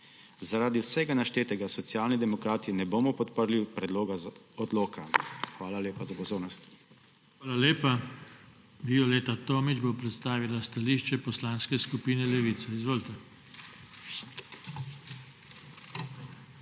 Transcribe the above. Zaradi vsega naštetega Socialni demokrati ne bomo podprli predloga odloka. Hvala lepa za pozornost. PODPREDSEDNIK JOŽE TANKO: Hvala lepa. Violeta Tomić bo predstavila stališče Poslanske skupine Levica. Izvolite.